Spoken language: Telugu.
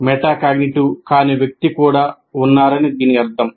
మెటాకాగ్నిటివ్ కాని వ్యక్తి కూడా ఉన్నారని దీని అర్థం